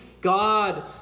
God